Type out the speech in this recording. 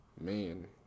Man